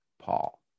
Paul